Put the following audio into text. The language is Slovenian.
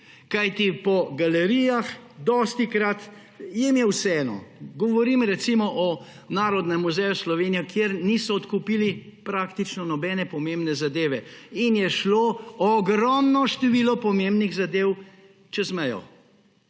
kajti po galerijah jim je dostikrat vseeno. Govorim, recimo, o Narodnem muzeju Slovenija, kjer niso odkupili praktično nobene pomembne zadeve in je šlo ogromno število pomembnih zadev čez mejo.